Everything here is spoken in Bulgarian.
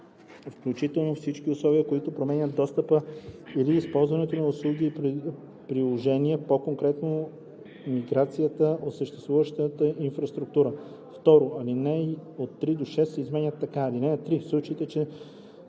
включително всички условия, които променят достъпа или използването на услуги и приложения, по-конкретно миграцията от съществуващата инфраструктура.“ 2. Алинеи 3 – 6 се изменят така: „(3) В случай че